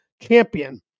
champion